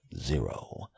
zero